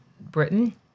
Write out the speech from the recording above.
Britain